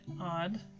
Odd